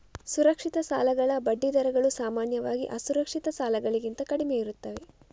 ಸುರಕ್ಷಿತ ಸಾಲಗಳ ಬಡ್ಡಿ ದರಗಳು ಸಾಮಾನ್ಯವಾಗಿ ಅಸುರಕ್ಷಿತ ಸಾಲಗಳಿಗಿಂತ ಕಡಿಮೆಯಿರುತ್ತವೆ